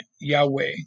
Yahweh